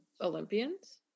Olympians